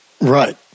Right